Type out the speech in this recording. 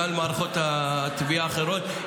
גם למערכות התביעה האחרות,